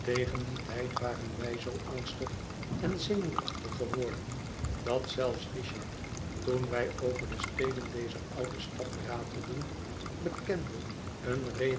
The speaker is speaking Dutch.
tegen dien tijd waren wij zoo angstig en zenuwachtig geworden dat zelfs richard toen wij over de steenen dezer oude stad ratelden bekende een